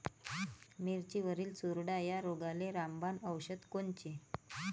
मिरचीवरील चुरडा या रोगाले रामबाण औषध कोनचे?